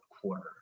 quarter